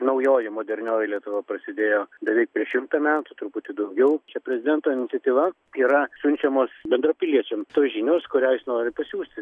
naujoji modernioji lietuva prasidėjo beveik prieš šimtą metų truputį daugiau čia prezidento iniciatyva yra siunčiamos bendrapiliečiam tos žinios kurią jis nori pasiųsti